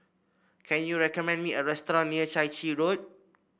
can you recommend me a restaurant near Chai Chee Road